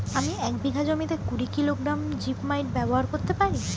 আমি এক বিঘা জমিতে কুড়ি কিলোগ্রাম জিপমাইট ব্যবহার করতে পারি?